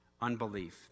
unbelief